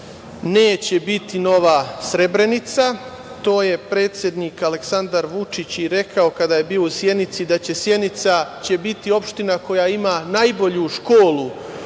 neće biti nova Srebrenica, to je predsednik Aleksandar Vučić i rekao kada je bio u Sjenici, da će Sjenica biti opština koja ima najbolju školu